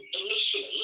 initially